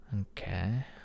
Okay